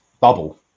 bubble